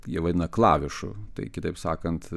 jie vadina klavišu tai kitaip sakant